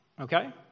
Okay